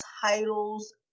titles